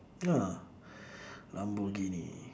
ya lamborghini